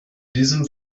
diesem